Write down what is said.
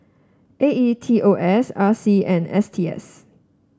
A E T O S R C and S T S